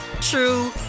true